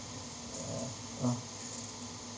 uh uh